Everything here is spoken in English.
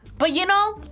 but you know,